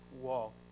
walk